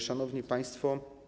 Szanowni Państwo!